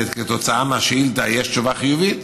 כתוצאה מהשאילתה יש תשובה חיובית,